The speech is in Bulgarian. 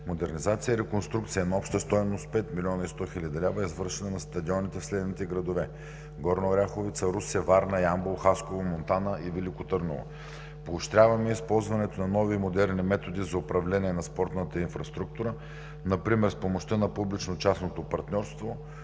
Модернизация и реконструкция на обща стойност пет милиона и сто хиляди лева е извършена на стадионите в следните градове: Горна Оряховица, Русе, Варна, Ямбол, Хасково, Монтана и Велико Търново. Поощряваме използването на нови модерни методи за управление на спортната инфраструктура например с помощта на публично-частното партньорство,